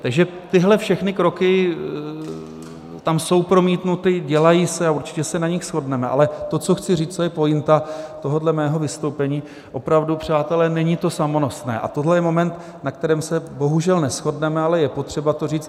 Takže tyhle všechny kroky tam jsou promítnuty, dělají se a určitě se na nich shodneme, ale to, co chci říct, co je pointa tohohle mého vystoupení: opravdu, přátelé, není to samonosné, a tohle je moment, na kterém se bohužel neshodneme, ale je potřeba to říct.